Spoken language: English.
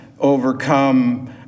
overcome